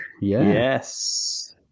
Yes